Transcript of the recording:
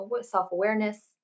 self-awareness